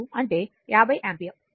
2 అంటే 50 యాంపియర్